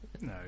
No